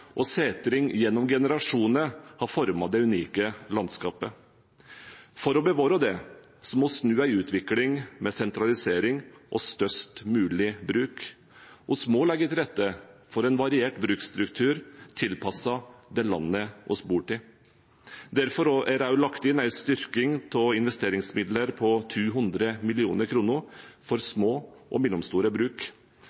og setring gjennom generasjoner har formet det unike landskapet. For å bevare det må vi snu en utvikling med sentralisering og størst mulig bruk. Vi må legge til rette for en variert bruksstruktur tilpasset det landet vi bor i. Derfor er det også lagt inn en styrking av investeringsmidler på 200 mill. kr for